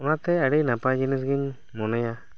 ᱚᱱᱟᱛᱮ ᱟᱹᱰᱤ ᱱᱟᱯᱟᱭ ᱡᱤᱱᱤᱥ ᱜᱤᱧ ᱢᱚᱱᱮᱭᱟ